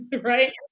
right